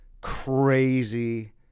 crazy